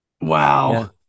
Wow